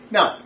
Now